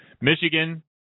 Michigan